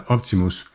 Optimus